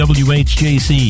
whjc